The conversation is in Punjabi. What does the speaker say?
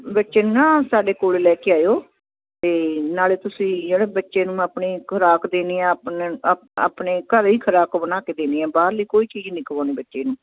ਬੱਚੇ ਨੂੰ ਨਾ ਸਾਡੇ ਕੋਲ ਲੈ ਕੇ ਆਇਓ ਅਤੇ ਨਾਲੇ ਤੁਸੀਂ ਜਿਹੜੇ ਬੱਚੇ ਨੂੰ ਆਪਣੀ ਖੁਰਾਕ ਦੇਣੀ ਆ ਆਪਣੇ ਆਪ ਆਪਣੇ ਘਰ ਹੀ ਖੁਰਾਕ ਬਣਾ ਕੇ ਦੇੇਣੀ ਆ ਬਹਾਰਲੀ ਕੋਈ ਚੀਜ਼ ਨਹੀਂ ਖਿਲਾਉਣੀ ਬੱਚੇ ਨੂੰ